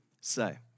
say